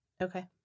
Okay